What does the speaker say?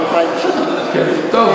טוב,